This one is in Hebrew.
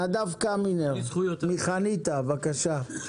נדב קמינר, מחניתה, בבקשה.